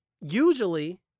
usually